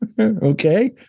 Okay